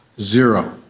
Zero